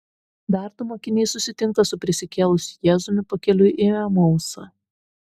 dar du mokiniai susitinka su prisikėlusiu jėzumi pakeliui į emausą